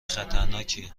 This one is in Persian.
خطرناکیه